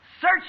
Search